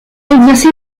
exercé